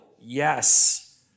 yes